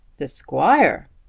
the squire!